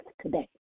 today